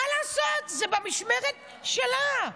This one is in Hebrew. מה לעשות, זה במשמרת שלה.